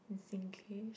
in Singlish